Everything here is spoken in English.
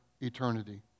eternity